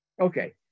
Okay